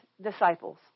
disciples